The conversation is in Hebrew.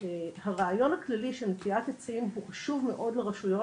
הרעיון הכללי של נטיעת עצים הוא חשוב מאוד לרשויות,